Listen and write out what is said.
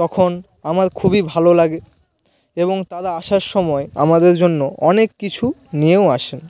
তখন আমার খুবই ভালো লাগে এবং তারা আসার সময় আমাদের জন্য অনেক কিছু নিয়েও আসে